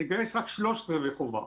נגייס רק שלושת רבעי חובה,